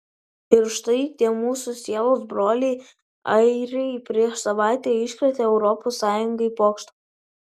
ir štai tie mūsų sielos broliai airiai prieš savaitę iškrėtė europos sąjungai pokštą